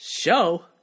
Show